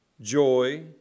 joy